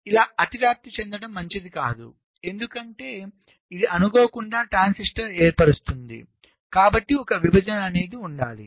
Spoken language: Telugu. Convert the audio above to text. కాబట్టి ఇలా అతివ్యాప్తి చెందడం మంచిది కాదు ఎందుకంటే ఇది అనుకోకుండా ట్రాన్సిస్టర్ను ఏర్పరుస్తుంది కాబట్టి ఒక విభజన ఉండాలి